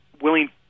willing